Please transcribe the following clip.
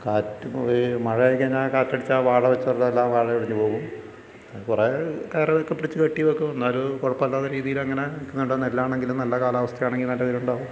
കാറ്റു പോയി മഴ ഇങ്ങനെ കാറ്റടിച്ചാൽ വാഴ വെച്ചവരുടെ എല്ലാം വാഴ ഒടിഞ്ഞു പോകും കുറെ കയറൊക്കെ പിടിച്ചു കെട്ടിവെക്കും എന്നാലും കുഴപ്പമില്ലാത്ത രീതിയിൽ അങ്ങനെ നിൽക്കുന്നുണ്ട് നെല്ലാണെങ്കിലും നല്ല കാലാവസ്ഥ ആണെന്ന് നല്ല നെല്ലുണ്ടാകും